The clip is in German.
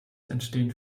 entstehen